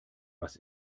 was